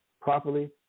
properly